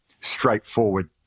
straightforward